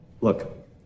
Look